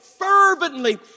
fervently